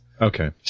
Okay